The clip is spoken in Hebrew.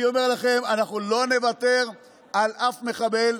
אני אומר לכם, אנחנו לא נוותר על אף מחבל.